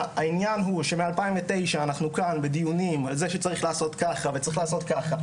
העניין הוא שמ-2009 אנחנו בדיונים על זה שצריך לעשות ככה וככה,